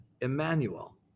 Emmanuel